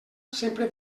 sempre